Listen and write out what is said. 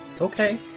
Okay